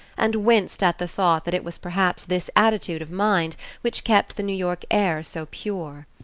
and winced at the thought that it was perhaps this attitude of mind which kept the new york air so pure.